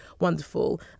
wonderful